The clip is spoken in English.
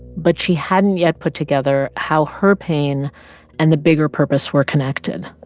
but she hadn't yet put together how her pain and the bigger purpose were connected.